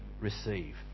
receive